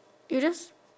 you just